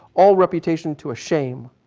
all reputation to a shame.